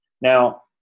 Now